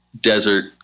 desert